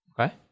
Okay